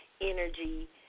energy